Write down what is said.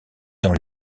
dans